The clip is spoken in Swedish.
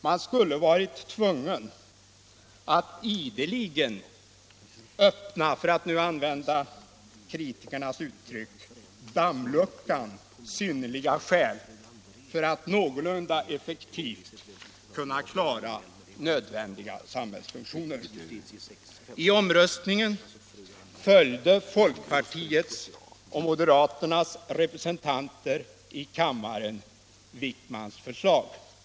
Man skulle varit tvungen att ideligen — för att nu använda kritikernas uttryck — öppna dammluckan ”synnerliga skäl” för att någorlunda effektivt kunna klara nödvändiga samhällsfunktioner. I omröstningen stödde folkpartiets och moderaternas representanter i kammaren herr Wijkmans förslag.